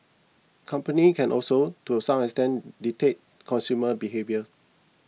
companies can also to a some extent dictate consumer behaviour